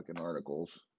articles